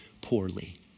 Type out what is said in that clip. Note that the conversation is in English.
poorly